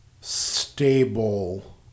stable